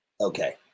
Okay